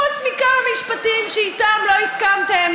חוץ מכמה משפטים שאיתם לא הסכמתם,